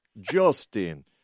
justin